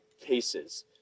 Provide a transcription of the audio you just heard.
cases